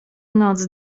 noc